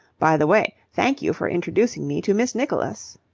by the way, thank you for introducing me to miss nicholas.